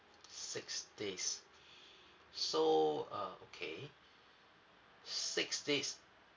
six days so uh okay six days